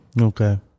Okay